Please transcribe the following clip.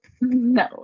no